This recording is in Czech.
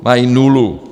Mají nulu.